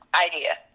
idea